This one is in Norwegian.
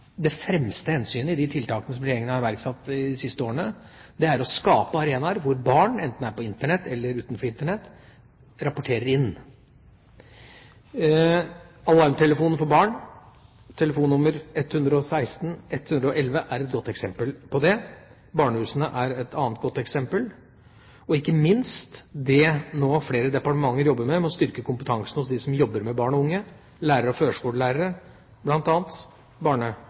iverksatt de siste årene. Det er å skape arenaer hvor barn – enten på Internett eller utenfor Internett – kan rapportere inn. Alarmtelefonen for Barn og Unge, telefon 116111, er et godt eksempel på det. Barnehusene er et annet godt eksempel, og ikke minst er – som flere departementer nå jobber med – en styrking av kompetansen hos dem som jobber med barn og unge – lærere, førskolelærere og